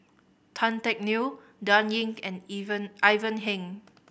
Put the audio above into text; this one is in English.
Tan Teck Neo Dan Ying and Ivan Heng